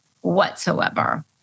whatsoever